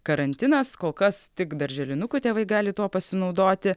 karantinas kol kas tik darželinukų tėvai gali tuo pasinaudoti